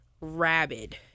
rabid